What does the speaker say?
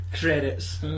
Credits